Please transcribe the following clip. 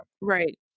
Right